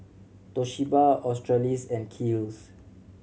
Toshiba Australis and Kiehl's